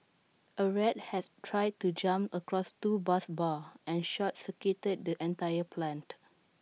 A rat had tried to jump across two bus bars and short circuited the entire plant